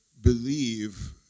believe